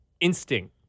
instinct